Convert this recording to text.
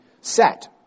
set